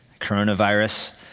coronavirus